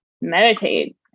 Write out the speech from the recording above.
meditate